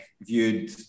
viewed